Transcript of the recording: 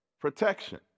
protection